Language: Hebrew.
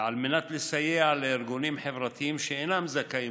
על מנת לסייע לארגונים חברתיים שאינם זכאים